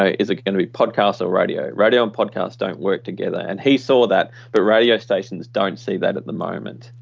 ah is it going to be podcast or radio? radio and podcast don't work together. and he saw that but radio stations don't see that at the moment.